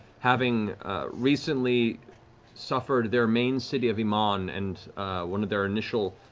having recently suffered their main city of emon and one of their initial